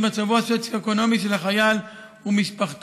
מצבו הסוציו-אקונומי של החייל ומשפחתו.